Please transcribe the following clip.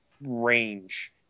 range